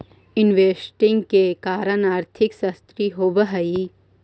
investing के कारण आर्थिक क्षति होवऽ हई